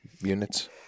units